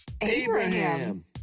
Abraham